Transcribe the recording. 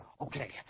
Okay